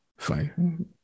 Fine